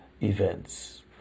events